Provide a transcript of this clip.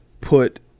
put